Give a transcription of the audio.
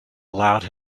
allowed